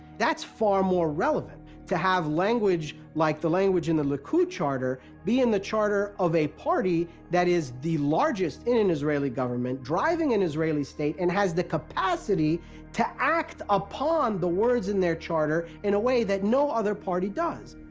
thatis far more relevant to have language like the language in the likud charter be in the charter of a party that is the largest in an israeli government, driving an israeli state, and has the capacity to act upon the words in their charter in a way that no other party does.